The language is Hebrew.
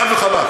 חד וחלק,